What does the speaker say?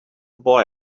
boy